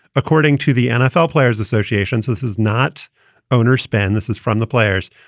according to the nfl players association, so with is not owners span. this is from the players.